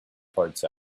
parts